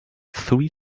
three